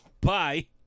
bye